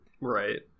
Right